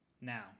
Now